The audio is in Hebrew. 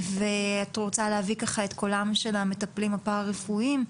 ואת רוצה להביא ככה את קולם של המטפלים הפרא רפואיים,